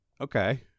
Okay